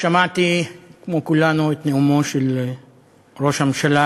שמעתי כמו כולנו את נאומו של ראש הממשלה